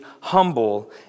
humble